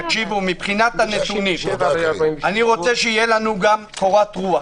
מבחינת הנתונים אני רוצה שתהיה לנו גם קורת רוח.